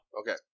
Okay